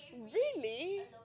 really